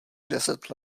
deset